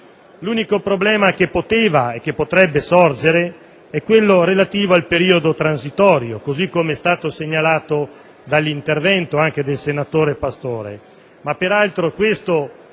L'unico problema serio che poteva e che potrebbe sorgere è relativo al periodo transitorio, così com'è stato segnalato dall'intervento del senatore Pastore;